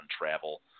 travel